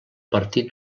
partir